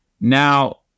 Now